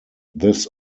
this